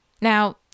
now